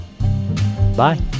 Bye